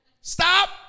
Stop